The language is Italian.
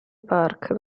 park